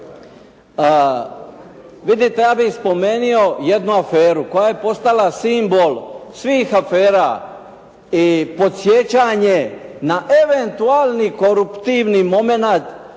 Vidite ja bih spomenuo jednu aferu koja je postala simbol svih afera i podsjećanje na eventualni koruptivni momenat